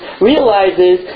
realizes